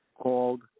called